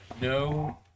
no